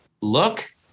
Look